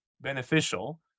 beneficial